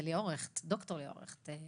ד"ר ליאור הכט,